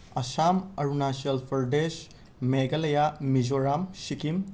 Assam Arunachal Pradesh Meghalaya Mizoram Sikkim